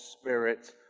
spirit